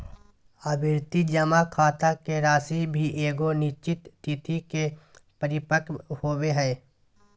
आवर्ती जमा खाता के राशि भी एगो निश्चित तिथि के परिपक्व होबो हइ